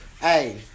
Hey